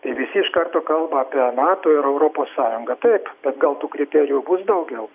tai visi iš karto kalba apie nato ir europos sąjungą taip bet gal tų kriterijų bus daugiau